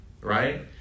right